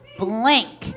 blank